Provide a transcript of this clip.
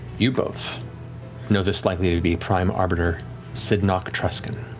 you both know this likely to be prime arbiter sydnok truscan.